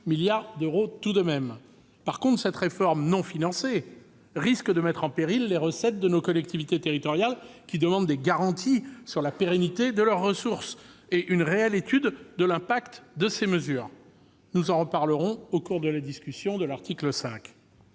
milliards d'euros ! En revanche, cette réforme non financée risque de mettre en péril les recettes de nos collectivités territoriales, qui demandent des garanties sur la pérennité de leurs ressources et une réelle étude de l'impact de ces mesures. Nous en reparlerons lors de la discussion de l'article 5.